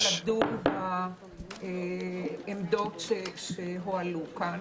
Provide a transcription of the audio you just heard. הוועדה תהיה מוכנה לדון בעמדות שהועלו כאן.